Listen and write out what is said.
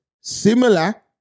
similar